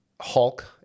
Hulk